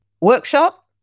workshop